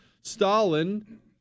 Stalin